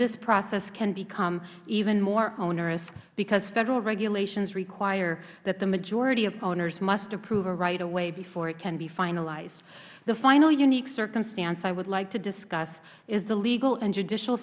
this process can become even more onerous because federal regulations require that the majority of owners must approve a right of way before it can be finalized the final unique circumstance i would like to discuss is the legal and judicial